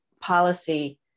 policy